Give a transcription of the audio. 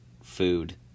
food